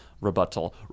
rebuttal